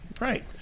Right